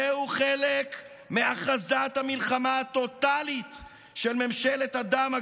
זהו חלק מהכרזת המלחמה הטוטלית של ממשלת הדם,